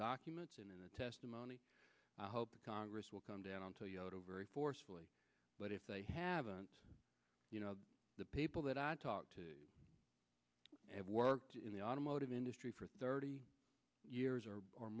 documents and in the testimony i hope the congress will come down to yellow very forcefully but if they haven't you know the people that i've talked to have worked in the automotive industry for thirty years or mor